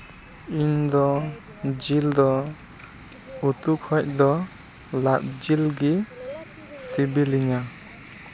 ᱤᱧ ᱫᱚ ᱡᱤᱞ ᱫᱚ ᱩᱛᱩ ᱠᱷᱚᱱ ᱫᱚ ᱞᱟᱫ ᱡᱤᱞ ᱜᱮ ᱥᱤᱵᱤᱞᱤᱧᱟ